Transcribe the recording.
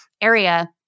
area